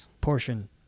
portion